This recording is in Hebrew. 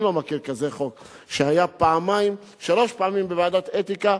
אני לא מכיר כזה חוק שהיה שלוש פעמים בוועדת אתיקה.